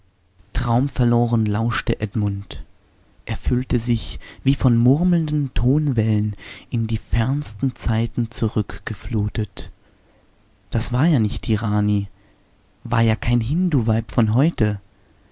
traumverloren lauschte edmund er fühlte sich wie von murmelnden tonwellen in die fernsten zeiten zurückgeflutet das war ja nicht die rani war ja kein hinduweib von heute